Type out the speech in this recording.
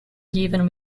given